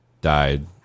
died